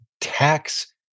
tax